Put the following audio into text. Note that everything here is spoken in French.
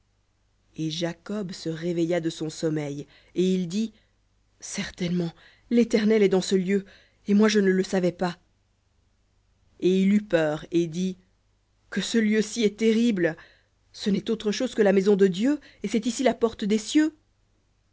et jacob se réveilla de son sommeil et il dit certainement l'éternel est dans ce lieu et moi je ne le savais pas et il eut peur et dit que ce lieu-ci est terrible ce n'est autre chose que la maison de dieu et c'est ici la porte des cieux